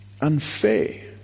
Unfair